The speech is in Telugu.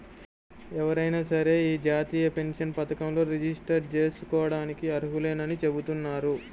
ఎవరైనా సరే యీ జాతీయ పెన్షన్ పథకంలో రిజిస్టర్ జేసుకోడానికి అర్హులేనని చెబుతున్నారు